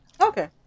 Okay